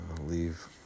leave